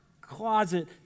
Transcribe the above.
closet